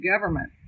government